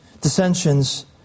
dissensions